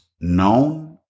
known